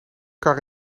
kar